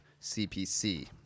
CPC